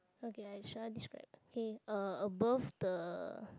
okay I try describe okay uh above the